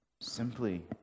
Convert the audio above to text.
simply